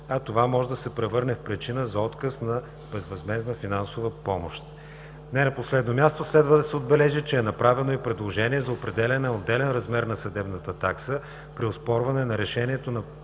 а това може да се превърне в причина за отказ на безвъзмездна финансова помощ. Не на последно място следва да се отбележи, че е направено и предложение за определяне на отделен размер на съдебната такса при оспорване на решението за